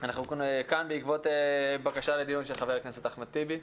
אנחנו כאן בעקבות בקשה לדיון של חבר הכנסת אחמד טיבי.